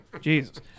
Jesus